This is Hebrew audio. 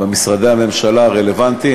במשרדי הממשלה הרלוונטיים.